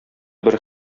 бер